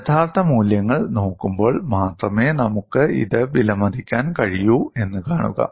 യഥാർത്ഥ മൂല്യങ്ങൾ നോക്കുമ്പോൾ മാത്രമേ നമുക്ക് ഇത് വിലമതിക്കാൻ കഴിയൂ എന്ന് കാണുക